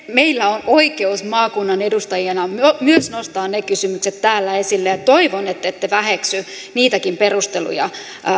meillä on oikeus maakunnan edustajina myös nostaa ne kysymykset täällä esille ja toivon ettette väheksy niitäkin perusteluja